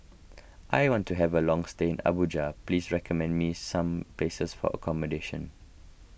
I want to have a long stay in Abuja please recommend me some places for accommodation